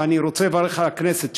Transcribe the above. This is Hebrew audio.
ואני רוצה לברך את הכנסת,